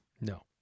No